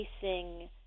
facing